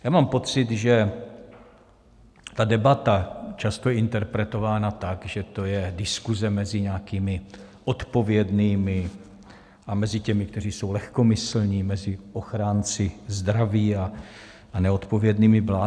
Já mám pocit, že ta debata je často interpretována tak, že to je diskuze mezi nějakými odpovědnými a těmi, kteří jsou lehkomyslní, mezi ochránci zdraví a neodpovědnými blázny.